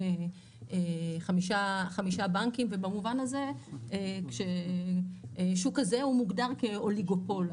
חמישה בנקים ובמובן הזה כשהשוק הזה מוגדר כאוליגופול,